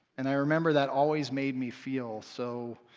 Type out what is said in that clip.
and i remember that always made me feel so.